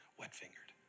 wet-fingered